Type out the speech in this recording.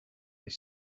they